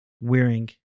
wearing